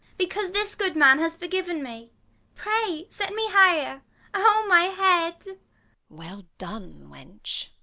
because this good man has forgiven me pray set me higher oh my head well done wench.